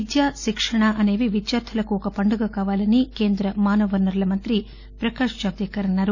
విద్య శిక్షణ అసేవి విద్యార్ధులకు ఒక పండుగ కావాలని కేంద్ర మానవ వనరుల మంత్రి ప్రకాష్ జావదేకర్ అన్నారు